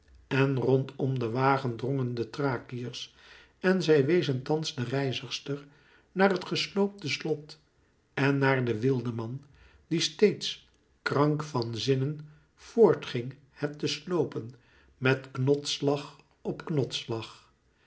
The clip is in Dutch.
en rondom den wagen drongen de thrakiërs en zij wezen thans de reizigster naar het gesloopte slot en naar den wildeman die steeds krank van zinnen voort ging het te slopen met knotsslag op